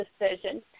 decision